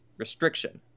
Restriction